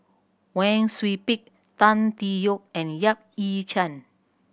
Wang Sui Pick Tan Tee Yoke and Yap Ee Chian